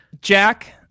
Jack